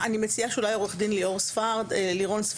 אני מציעה שאולי עורך הדין לירון ספרד או